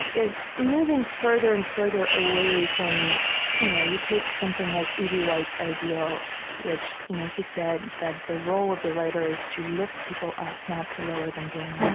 is moving further and further away from you know you take something like e b. white's ideal you know he said that the role of the writer is to lift people up, not to lower them down.